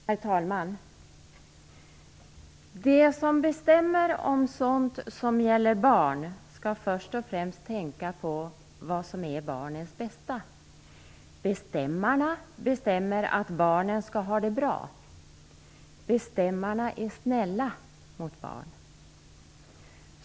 Herr talman! "De som bestämmer om sådant som gäller barn ska först och främst tänka på vad som är barnens bästa. Bestämmarna bestämmer att barnen ska ha det bra. Bestämmarna är snälla mot barn."